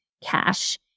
cash